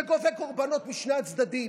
שגובה קורבנות משני הצדדים.